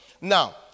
Now